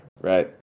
right